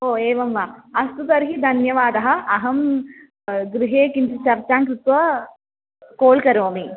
ओ एवं वा अस्तु तर्हि धन्यवादः अहं गृहे किञ्चित् चर्चां कृत्वा कोल् करोमि